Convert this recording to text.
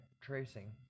tracing